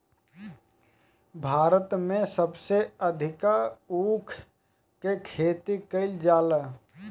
भारत में सबसे अधिका ऊख के खेती कईल जाला